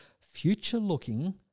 future-looking